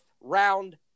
round